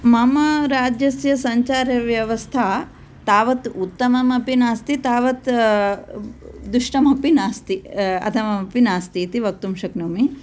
मम राज्यस्य सञ्चारव्यवस्था तावत् उत्तममपि नास्ति तावत् दुष्टमपि नास्ति अधममपि नास्ति इति वक्तुं शक्नोमि